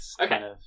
okay